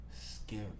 scary